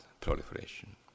proliferation